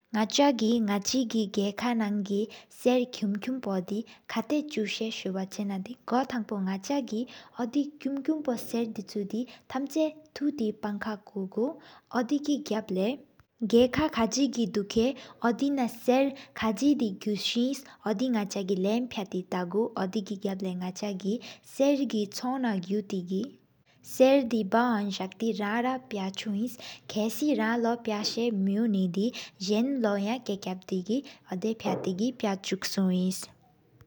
ནང་ཆ་གི་ནང་ཇི་གི་ག་ག་ན་གི་། ཤེར་ཁུམ་ཁུམ་པོ་དེ་ཁ་ཚུ་ས། དེ་སུ་བ་ཆེ་ན་དེ་གནོན་ཕུག། ནང་ཆ་གི་ཨོ་དེ་ཁུམ་ཁུམ་པོ་སེར་དེ་ཚུ་དེ། ཐམ་ཆ་ཐུགས་སྟེ་པང་ཁ་ཀུ་གུ། ཨོ་དེ་ གི་གབ་ལེས་ཀ་ཀར་པ་རྒྱད་ཀི་གི་དུ་ཀ། ཨོ་དེ་ནག་ཤེར་ཁ་དི་གུ་སེ་ཨོ་དེ་ནང་ཆ་གི། ལྷམ་བག་ཏགས་དགེ་འོ་དེ་གི་གབ་ལེས་ནང་ཆ་གི། ཤེར་ཀི་འཕེལ་མ་གུ་སྟེ་གི་ཤེར་བག་ཧོད་གི། རང་ར་བ་པ་ཆུགཇ་འཁོལ་མས་ རང་ལོ་་བ། སྨོ་ཡག་པངས་དོ་འོ་སྦེས་ སིང་མི་ཤས་ང། ཕྱི་སྦེས་རྒུ་དགེ་ཆས།